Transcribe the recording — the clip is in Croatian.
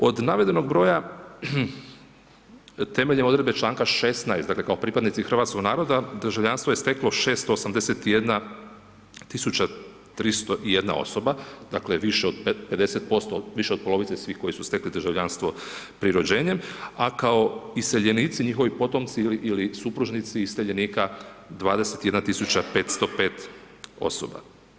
Od navedenog broja temeljem odredbe članka 16. dakle kao pripadnici hrvatskog naroda državljanstvo je steklo 681 tisuća 301 osoba, dakle više od 50%, više od polovice svih koji su stekli državljanstvo pri rođenjem a kao iseljenici, njihovi potomci ili supružnici iseljenika 21 tisuća 505 osoba.